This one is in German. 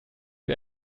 wie